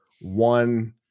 one